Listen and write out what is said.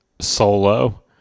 solo